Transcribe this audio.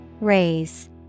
Raise